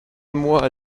moi